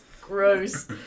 gross